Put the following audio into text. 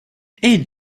eat